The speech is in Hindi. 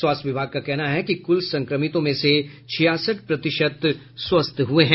स्वास्थ्य विभाग का कहना है कि कुल संक्रमितों में से छियासठ प्रतिशत स्वस्थ हुए हैं